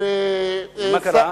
ומה קרה?